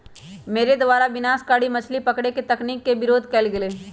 मेरे द्वारा विनाशकारी मछली पकड़े के तकनीक के विरोध कइल गेलय